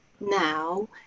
now